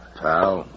pal